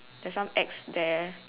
there's some X there